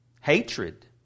hatred